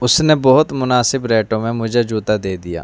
اس نے بہت مناسب ریٹوں میں مجھے جوتا دے دیا